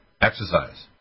exercise